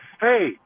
hey